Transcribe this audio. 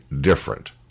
different